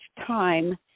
time